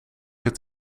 het